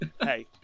Hey